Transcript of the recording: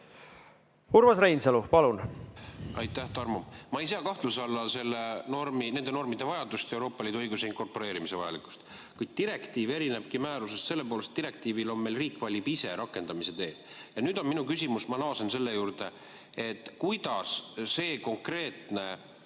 Urmas Reinsalu, palun!